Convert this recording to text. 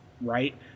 Right